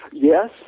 Yes